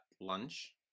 lunch